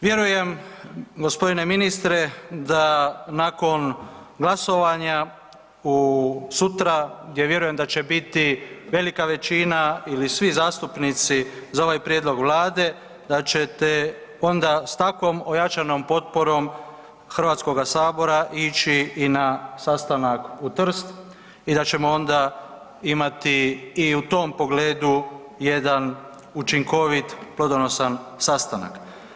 Vjerujem g. ministre da nakon glasovanja sutra gdje vjerujem da će biti velika većina ili svi zastupnici za ovaj prijedlog Vlade, da ćete onda s takvom ojačanom potporom HS-a ići i na sastanak u Trst i da ćemo onda imati i u tom pogledu jedan učinkovit plodonosan sastanak.